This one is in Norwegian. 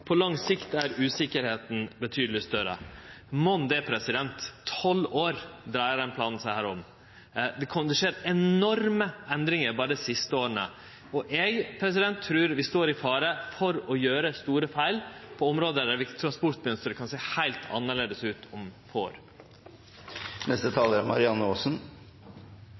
På lang sikt er usikkerheten betydelig større.» Mon det – tolv år dreier denne planen seg om. Det kjem til å skje enorme endringar berre dei siste åra, og eg trur vi står i fare for å gjere store feil på område der transportmønsteret kan sjå heilt annleis ut om få år. Denne stortingsperioden er snart over, og jeg kan se